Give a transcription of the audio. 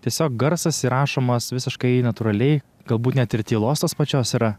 tiesiog garsas įrašomas visiškai natūraliai galbūt net ir tylos tos pačios yra